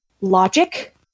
logic